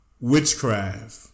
witchcraft